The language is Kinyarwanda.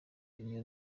iyo